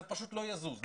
זה פשוט לא יזוז.